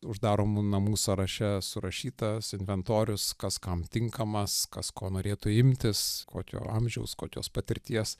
uždaromų namų sąraše surašytas inventorius kas kam tinkamas kas ko norėtų imtis kokio amžiaus kokios patirties